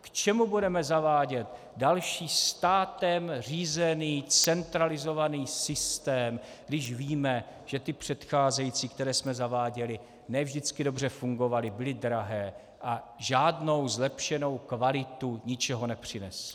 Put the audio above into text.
K čemu budeme zavádět další státem řízený centralizovaný systém, když víme, že ty předcházející, které jsme zaváděli, ne vždycky dobře fungovaly, byly drahé a žádnou zlepšenou kvalitu ničeho nepřinesl?